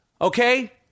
Okay